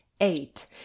eight